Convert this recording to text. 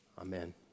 Amen